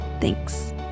Thanks